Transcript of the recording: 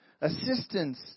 assistance